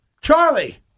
Charlie